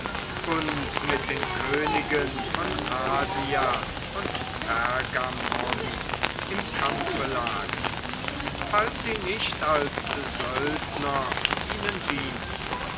und mit den königen von asia und pergamon im kampfe lagen falls sie nicht als söldner ihnen dienten